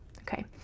Okay